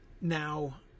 Now